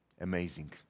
Amazing